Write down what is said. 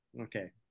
okay